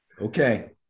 Okay